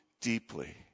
deeply